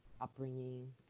upbringing